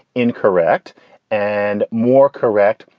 incorrect and more correct,